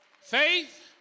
Faith